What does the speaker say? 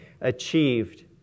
achieved